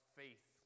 faith